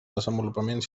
desenvolupament